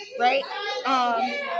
right